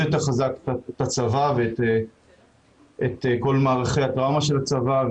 יותר חזק את הצבא ואת כל מערכי הטראומה של הצבא,